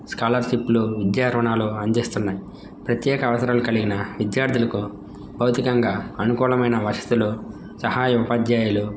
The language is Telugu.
స్కాలర్షిప్లు విద్యా రుణాలు అందిస్తున్నాయి ప్రత్యేక అవసరాలు కలిగిన విద్యార్థులకు భౌతికంగా అనుకూలమైన వసతులు సహాయ ఉపాధ్యాయులు